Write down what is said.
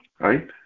right